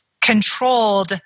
controlled